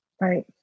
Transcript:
Right